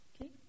Okay